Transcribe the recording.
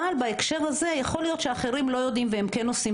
אבל בהקשר הזה יכול להיות שאחרים לא יודעים והם כן רושמים